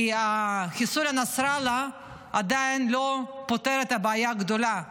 כי חיסול נסראללה עדיין לא פותר את הבעיה הגדולה,